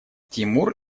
тимур